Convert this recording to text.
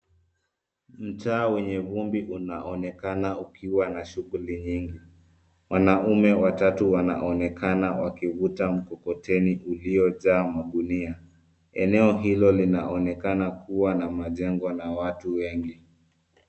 Mtaa wenye vumbi unaonekana ukiwa na shughuli nyingi. Wanaume watatu wanaonekana wakivuta mkokoteni uliojaa magunia. Eneo hilo linaonekana kuwa na majengo na watu wengi.